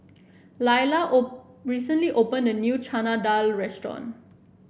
Lyla O recently opened a new Chana Dal Restaurant